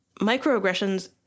microaggressions